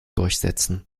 durchsetzen